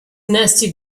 nasty